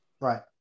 Right